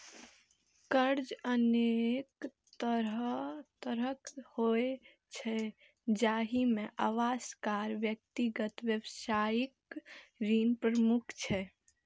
कर्ज अनेक तरहक होइ छै, जाहि मे आवास, कार, व्यक्तिगत, व्यावसायिक ऋण प्रमुख छै